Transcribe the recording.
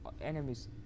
enemies